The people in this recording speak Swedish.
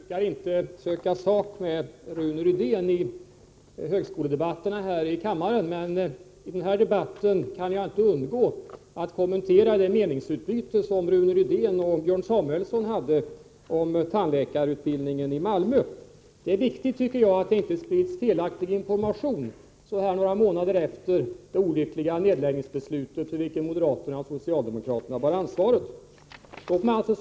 Herr talman! Jag brukar inte söka sak med Rune Rydén i högskoledebatterna här i kammaren, men i denna debatt kan jag inte undgå att kommentera det meningsutbyte som Rune Rydén och Björn Samuelson hade om tandläkarutbildningen i Malmö. Det är viktigt att det inte sprids felaktig information så här några månader efter det olyckliga nedläggningsbeslutet, för vilket moderaterna och socialdemokraterna bar ansvaret.